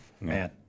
man